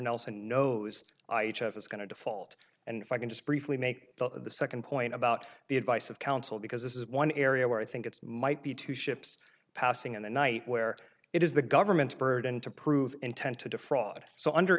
nelson knows i have is going to default and if i can just briefly make the second point about the advice of counsel because this is one area where i think it's might be two ships passing in the night where it is the government's burden to prove intent to defraud so under